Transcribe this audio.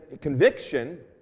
conviction